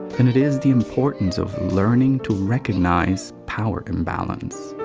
and it is the importance of learning to recognize power imbalance.